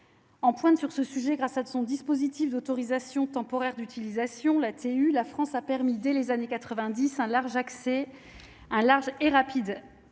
en pointe sur ce sujet, grâce à de son dispositif d'autorisation temporaire d'utilisation la TU La France a permis dès les années 90 un large accès